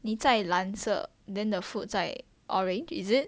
你在蓝色 then the food 在 orange is it